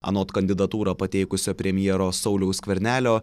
anot kandidatūrą pateikusio premjero sauliaus skvernelio